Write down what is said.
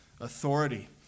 authority